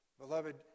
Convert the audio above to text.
Beloved